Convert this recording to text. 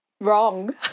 wrong